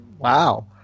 Wow